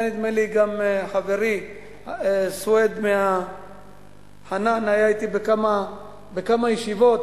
נדמה לי שגם חברי חנא סוייד היה אתי בכמה ישיבות,